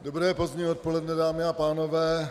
Dobré pozdní odpoledne, dámy a pánové.